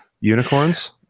Unicorns